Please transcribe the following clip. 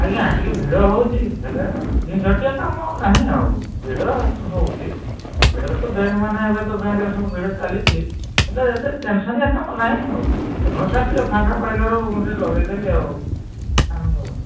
ଆଜ୍ଞା ଟିକେ ଭିଡ଼ ହେଉଛି ହେଲେ ଝିଞ୍ଜଟିଆ କାମ ଆଉ ନାହିଁ ଆଉ ଭିଡ଼ ହେଉଛି ଭିଡ଼ ତ ବ୍ୟାଙ୍କ୍ମାନେ ଏବେ ତ ବ୍ୟାଙ୍କ୍ରେ ସବୁ ଭିଡ଼ ଚାଲିଛି ହେଲେ ଏତେ ଟେନସନିଆ କାମ ନାହିଁ ଆଉ ତେଣୁ ସାର୍ ଟିକେ ଫାଙ୍କା ପାଇଲାରୁ ମୁଁ ଲଗାଇ ଦେଲି ଆଉ କ'ଣ